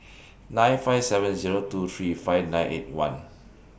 nine five seven Zero two three five nine eight one